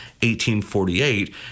1848